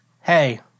hey